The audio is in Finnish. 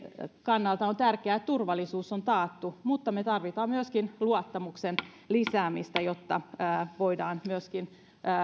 kannalta on tärkeää että turvallisuus on taattu mutta me tarvitsemme myöskin luottamuksen lisäämistä jotta palveluihin voidaan myöskin